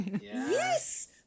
Yes